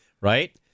right